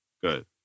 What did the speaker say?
Good